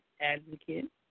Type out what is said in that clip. advocate